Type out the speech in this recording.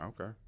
Okay